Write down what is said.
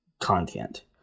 content